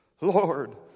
Lord